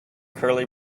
curly